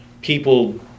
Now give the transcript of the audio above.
people